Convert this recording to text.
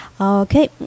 Okay